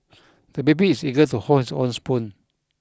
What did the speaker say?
the baby is eager to hold his own spoon